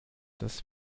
das